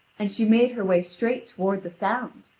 and she made her way straight toward the sound,